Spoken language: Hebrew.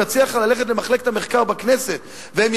אני מציע לך ללכת למחלקת המחקר בכנסת והם